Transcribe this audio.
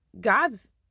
God's